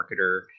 marketer